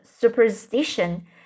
superstition